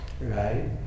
right